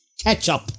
Ketchup